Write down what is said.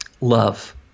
Love